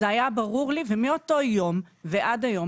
זה היה ברור לי ומאותו יום ועד היום